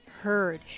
heard